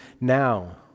now